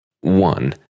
One